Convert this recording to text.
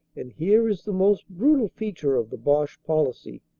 and here is the most brutal feature of the boche policy.